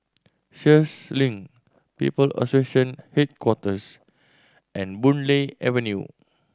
Sheares Link People Association Headquarters and Boon Lay Avenue